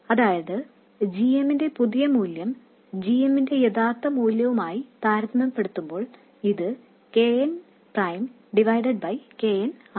അതായത് gm ന്റെ പുതിയ മൂല്യം gm ന്റെ യഥാർത്ഥ മൂല്യവുമായി താരതമ്യപ്പെടുത്തുമ്പോൾ ഇത് K n പ്രൈം ഹരിക്കണം K n ആണ്